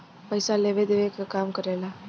पइसा लेवे देवे क काम करेला